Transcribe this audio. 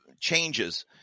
changes